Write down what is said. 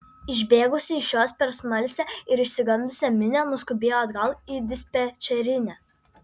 išbėgusi iš jos per smalsią ir išsigandusią minią nuskubėjo atgal į dispečerinę